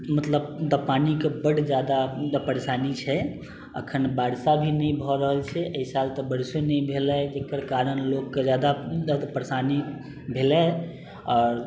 मतलब पानिके बड जादा मतलब परेशानी छै अखन वर्षा भी नहि भए रहल छै एहि साल तऽ वर्षो नहि भेलै जकर कारण लोगके जादा परेशानी भेलै आओर